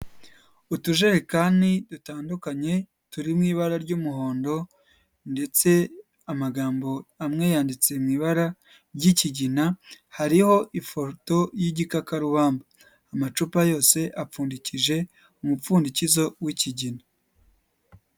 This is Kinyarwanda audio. Utujerekani dutandukanye turi mu ibara ry'umuhondo ndetse amagambo amwe yanditse mu ibara ry'ikigina, hariho ifoto y'igikakarubamba, amacupa yose apfundikije umupfundikizo w'ikigina.